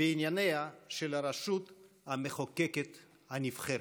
בענייניה של הרשות המחוקקת הנבחרת.